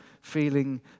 feeling